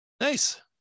Nice